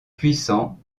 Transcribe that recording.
puissant